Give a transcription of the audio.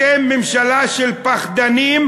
אתם ממשלה של פחדנים,